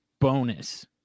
bonus